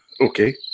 Okay